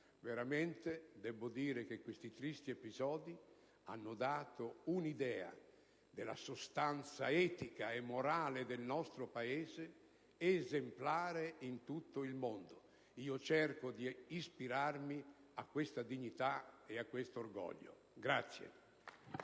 ragazzi. Debbo dire che questi tristi episodi hanno dato un'idea della sostanza etica e morale del nostro Paese, esemplare in tutto il mondo. Io cerco di ispirarmi a questa dignità e a quest'orgoglio.